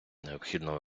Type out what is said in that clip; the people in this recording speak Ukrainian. необхідно